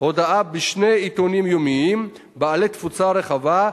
הודעה בשני עיתונים יומיים בעלי תפוצה רחבה,